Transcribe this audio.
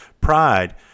Pride